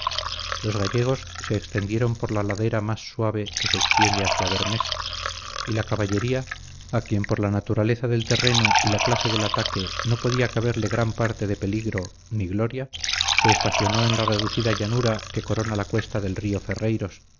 los gallegos se extendieron por la ladera más suave que se extiende hacia bermés y la caballería a quien por la naturaleza del terreno y la clase del ataque no podía caberle gran parte de peligro ni gloria se estacionó en la reducida llanura que corona la cuesta de río ferreiros